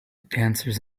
dancers